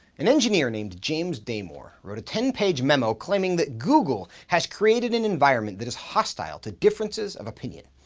an engineer named james damore wrote a ten page memo claiming that google has created an environment that is hostile to differences of opinion.